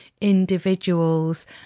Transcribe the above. individuals